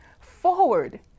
forward